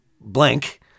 blank